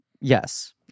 Yes